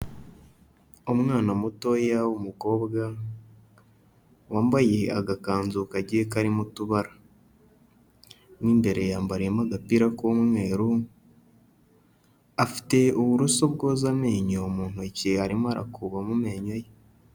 Umwana mutoya w'umukobwa wambaye agakanzu kagiye karimo utubara, mo imbere yambariyemo agapira k'umweru, afite uburoso bwoza amenyo mu ntoki arimo arakuba mu menyo ye.